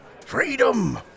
Freedom